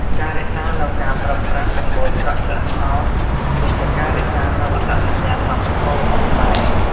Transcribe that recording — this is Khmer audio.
ការរក្សានូវការប្រើប្រាស់ដំបូលប្រក់ស្លឹកត្នោត គឺជាការរក្សានូវអត្តសញ្ញាណវប្បធម៌របស់ខ្មែរ។